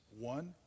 One